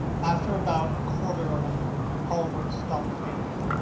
after about a quarter of an hour hallward stopped painting,